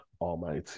Almighty